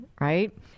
right